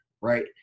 right